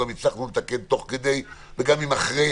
הצלחנו גם לתקן תוך כדי או שנצליח,